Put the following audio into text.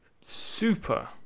super